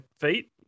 feet